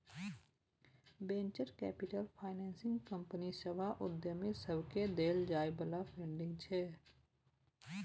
venture capital financing company सभ आ उद्यमी सबकेँ देल जाइ बला फंडिंग छै